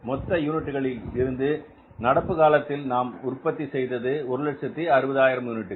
மொத்த யூனிட்டுகளில் இருந்து நடப்பு காலத்தில் நாம் உற்பத்தி செய்தது 160000 யூனிட்டுகள்